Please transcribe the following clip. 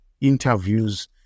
interviews